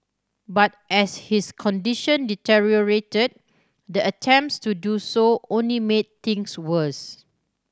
but as his condition deteriorated the attempts to do so only made things worse